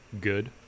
good